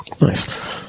Nice